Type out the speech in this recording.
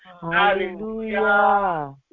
Hallelujah